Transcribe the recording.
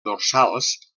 dorsals